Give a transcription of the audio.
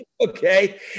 Okay